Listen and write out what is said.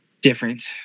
different